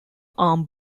arm